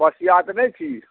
बसिया तऽ नहि छी